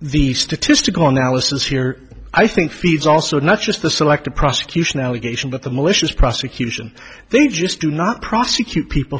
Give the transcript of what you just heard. the statistical analysis here i think feeds also not just the selective prosecution allegation but the malicious prosecution they just do not prosecute people